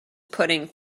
pudding